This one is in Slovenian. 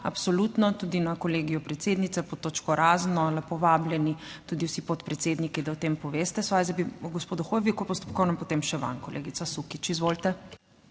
absolutno tudi na Kolegiju predsednice pod točko razno. Lepo vabljeni tudi vsi podpredsedniki, da o tem poveste svoje. Zdaj bi pa gospodu Hoiviku postopkovno, potem še vam, kolegica Sukič. Izvolite.